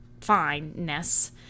fine-ness